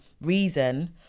reason